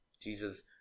Jesus